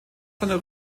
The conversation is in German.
seiner